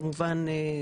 כמובן,